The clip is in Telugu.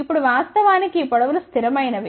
ఇప్పుడువాస్తవానికి ఈ పొడవు లు స్థిరమైనవి